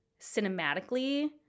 cinematically